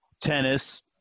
tennis